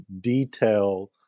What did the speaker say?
detail